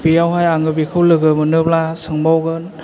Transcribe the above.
बेयावहाय आङो बेखौ लोगो मोनोब्ला सोंबावगोन